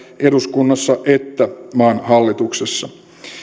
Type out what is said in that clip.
eduskunnassa että maan hallituksessa